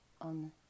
on